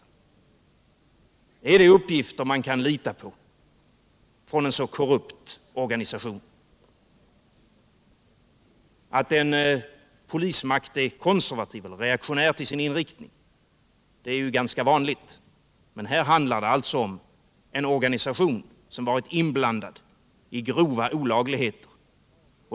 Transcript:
Kan man lita på uppgifter från en så korrupt organisation? Att en polismakt är konservativ eller reaktionär till sin inriktning är ju ganska vanligt, men här 157 handlar det alltså om en organisation som varit inblandad i grova olagligheter.